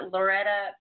Loretta